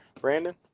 Brandon